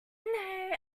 know